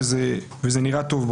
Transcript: וזה נראה טוב,